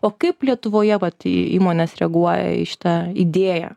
o kaip lietuvoje vat įmonės reaguoja į šitą idėją